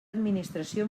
administració